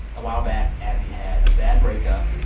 a while back, abbi had a bad breakup.